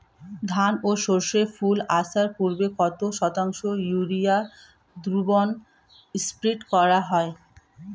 ধান ও সর্ষে ফুল আসার পূর্বে কত শতাংশ ইউরিয়া দ্রবণ স্প্রে করা হয়?